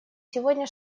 сегодня